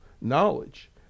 knowledge